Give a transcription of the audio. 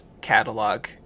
catalog